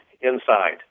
inside